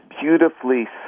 beautifully